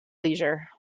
leisure